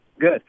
good